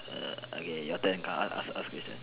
err okay your turn come ask ask ask question